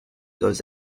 goes